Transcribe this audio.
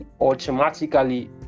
automatically